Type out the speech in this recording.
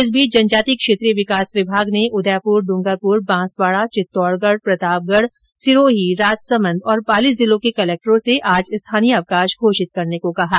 इस बीच जनजाति क्षेत्रीय विकास विभाग ने उदयपुर डूँगरपुर बाँसवाड़ा चितौड़गढ़ प्रतापगढ़ सिरोही राजसमंद और पाली जिलों के कलेक्टरों से आज स्थानीय अवकाश घोषित करने को कहा है